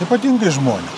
ypatingai žmonės